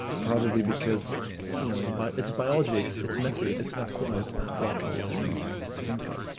probably because you know but it's biology, it's it's messy, it's not quite black or white and clean cut.